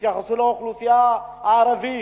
תתייחסו לאוכלוסייה הערבית,